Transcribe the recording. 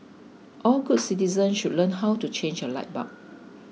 all good citizens should learn how to change a light bulb